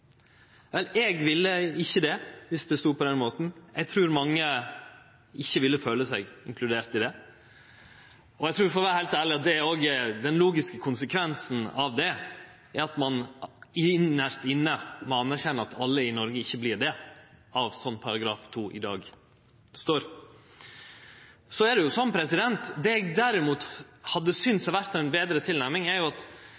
Eg ville ikkje føle meg inkludert viss det stod på den måten, og eg trur mange andre ikkje ville føle seg inkludert i det. Eg trur, for å vere heilt ærleg, at den logiske konsekvensen av det er at ein innerst inne må anerkjenne at alle i Noreg ikkje vert inkludert ut frå det som står i § 2 i dag. Livssyn og religionane i verda har faktisk ein del felles, det